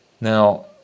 Now